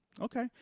Okay